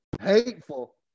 hateful